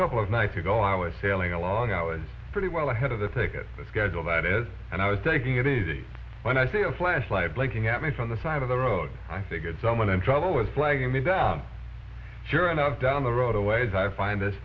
couple of nights ago i was sailing along i was pretty well ahead of the ticket the schedule that is and i was taking it easy when i see a flat light blinking at me from the side of the road i figured someone in trouble was flagging me down sure enough down the road a ways i find this